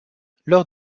lors